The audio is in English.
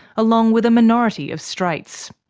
along with a minority of straights.